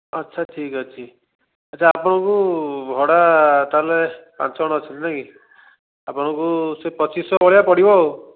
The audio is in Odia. ଆଚ୍ଛା ଠିକ୍ ଅଛି ଆଚ୍ଛା ଆପଣଙ୍କୁ ଭଡ଼ା ତା'ହେଲେ ପାଞ୍ଚ ଜଣ ଅଛନ୍ତି ନାଇଁ କି ଆପଣଙ୍କୁ ସେଇ ପଚିଶଶହ ଭଳିଆ ପଡ଼ିବ ଆଉ